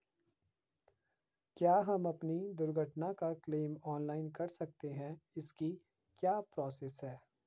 क्या हम अपनी दुर्घटना का क्लेम ऑनलाइन कर सकते हैं इसकी क्या प्रोसेस है?